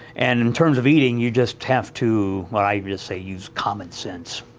and in terms of eating, you just have to well, i just say use common sense.